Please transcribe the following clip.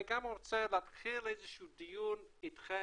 גם רוצה להתחיל איזה שהוא דיון איתכם